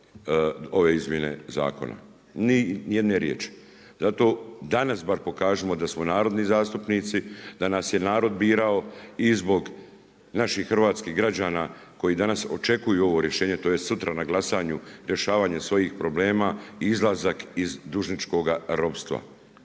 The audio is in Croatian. ove izmjene zakona, nijedne riječi. Zato danas bar pokažimo da smo narodni zastupnici, da nas je narod birao i zbog naših hrvatskih građana koji danas očekuju ovo rješenje tj. sutra na glasanju rješavanje svojih problema, izlazak iz dužničkoga ropstva.